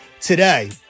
today